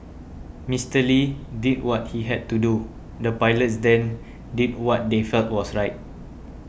Mister Lee did what he had to do the pilots then did what they felt was right